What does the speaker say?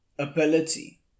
ability